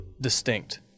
distinct